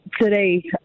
today